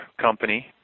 company